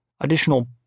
additional